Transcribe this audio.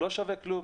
לא שווה כלום.